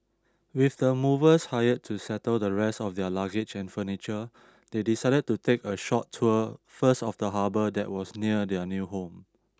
with the movers hired to settle the rest of their luggage and furniture they decided to take a short tour first of the harbour that was near their new home